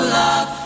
love